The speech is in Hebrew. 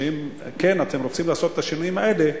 שאם רוצים לעשות את השינויים האלה,